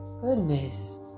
Goodness